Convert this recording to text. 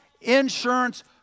insurance